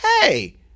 hey